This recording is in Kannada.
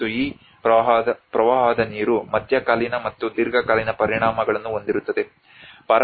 ಮತ್ತು ಈ ಪ್ರವಾಹದ ನೀರು ಮಧ್ಯಕಾಲೀನ ಮತ್ತು ದೀರ್ಘಕಾಲೀನ ಪರಿಣಾಮಗಳನ್ನು ಹೊಂದಿರುತ್ತದೆ